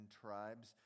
tribes